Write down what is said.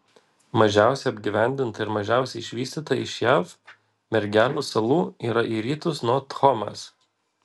mažiausiai apgyvendinta ir mažiausiai išvystyta iš jav mergelių salų yra į rytus nuo thomas